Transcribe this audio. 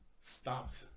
stopped